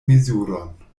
mezuron